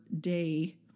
day